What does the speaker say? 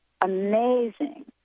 amazing